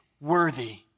worthy